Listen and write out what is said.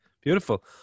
beautiful